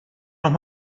noch